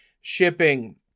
shipping